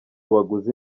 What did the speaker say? baguzi